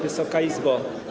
Wysoka Izbo!